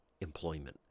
employment